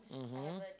mmhmm